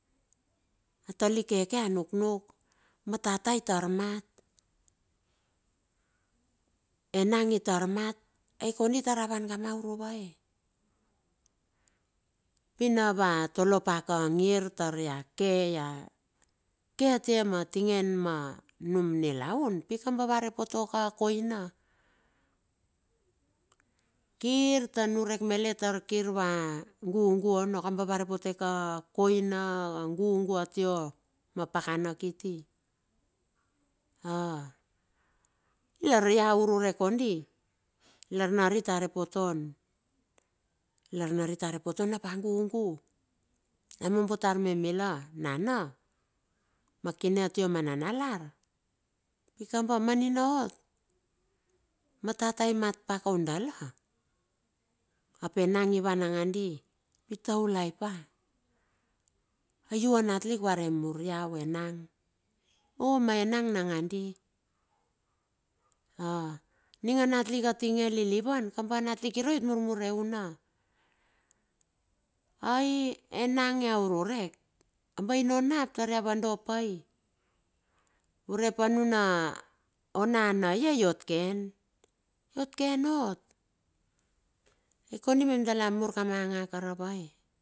A talik keke a nuknuk ma tata itar mat enang itar mat ai kondi tara van kama uruvae? Pi na ava tolo paka a ngir tar ia ke ia ke atie ma tingen ma num nilaun. pikaba va re potoka akoina. Kirta niurek malet tar kir va gugu ono kaba, va re pote a koina a gugu atia ma pakana kiti, a lar ia ururek kondi, lar narit are poton, larnarit are poton ap gugu, a mombo tar me mila nana, ma kine atia ma nanalar, pikaba manina ot. Ma tata imat pa kaun dala, ap enang ivan nangandi. itaulai pa, ai u a natlik va re mur iau enang. o ma enang nangandi ma ning a natlik atinge liliuan, kaba a natlik irue iot murmur euna, ai enang ia ururek, kamba ino nap tar ia avodo pai urep anuna o nana ie iot ie ken iot ken ot. Ai kondi dala mur kama nga karavae?